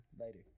Later